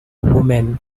woman